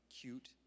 cute